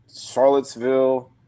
Charlottesville